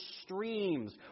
streams